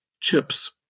chips